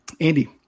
Andy